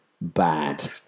bad